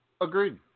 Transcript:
Agreed